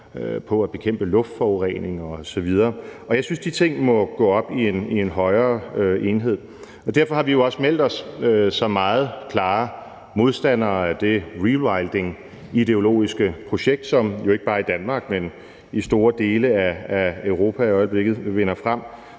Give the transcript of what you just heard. på at bekæmpe luftforurening osv., og jeg synes, at de ting må gå op i en højere enhed. Derfor har vi også meldt os som meget klare modstandere af det rewilding-ideologiske projekt, som jo ikke bare i Danmark, men i store dele af Europa i øjeblikket vinder frem,